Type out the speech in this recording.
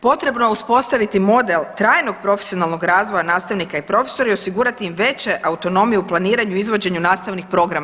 Potrebno je uspostaviti model trajnog profesionalnog razvoja nastavnika i profesora i osigurati im veću autonomiju u planiranju i izvođenju nastavnih programa.